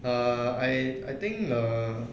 err I I think err